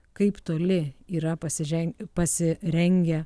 kaip toli yra pasižen pasirengę